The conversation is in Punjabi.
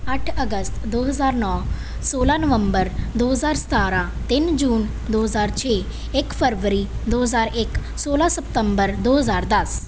ਅੱਠ ਅਗਸਤ ਦੋ ਹਜ਼ਾਰ ਨੌ ਸੌਲ੍ਹਾਂ ਨਵੰਬਰ ਦੋ ਹਜ਼ਾਰ ਸਤਾਰ੍ਹਾਂ ਤਿੰਨ ਜੂਨ ਦੋ ਹਜ਼ਾਰ ਛੇ ਇੱਕ ਫਰਵਰੀ ਦੋ ਹਜ਼ਾਰ ਇੱਕ ਸੌਲ੍ਹਾਂ ਸਪਤੰਬਰ ਦੋ ਹਜ਼ਾਰ ਦਸ